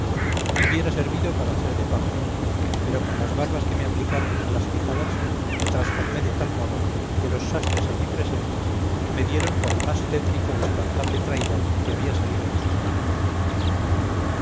hubiera servido para hacer de paje pero con las barbas que me aplicaron a las quijadas me transformé de tal modo que los sastres allí presentes me dieron por el más tétrico y espantable traidor que había salido de sus manos